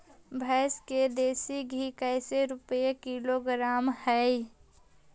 भैंस के देसी घी कैसे रूपये किलोग्राम हई?